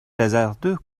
hasardeux